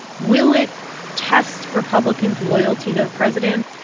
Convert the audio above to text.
will it test republicans' loyalty the president?